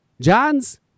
John's –